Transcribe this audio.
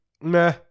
nah